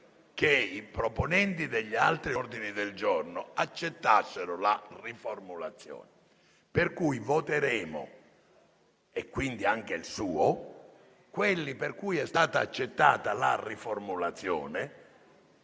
Che i proponenti degli altri ordini del giorno accettassero la riformulazione. Per cui, voteremo quelli per cui è stata accettata la riformulazione,